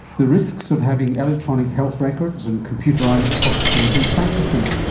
the risks of having electronic health records and computerised hospitals and practices.